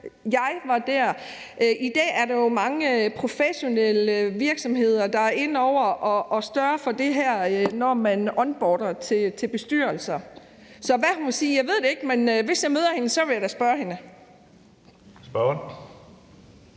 jeg var der. I dag er der jo mange professionelle virksomheder, der er inde over at sørge for det her, når man onboarder til bestyrelser. Så hvad hun vil sige, ved jeg ikke, men hvis jeg møder hende, vil jeg da spørge hende. Kl.